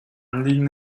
anliegen